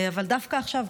אבל דווקא עכשיו,